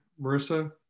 Marissa